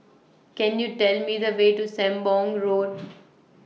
Can YOU Tell Me The Way to Sembong Road